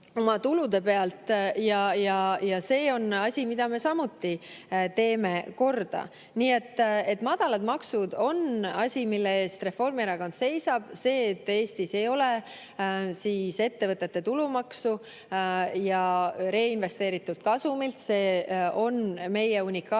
See on asi, mille me samuti teeme korda. Nii et madalad maksud on asi, mille eest Reformierakond seisab. See, et Eestis ei ole ettevõtete tulumaksu reinvesteeritud kasumilt, on meie unikaalne